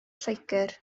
lloegr